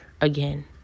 again